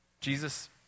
Jesus